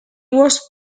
was